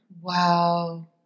Wow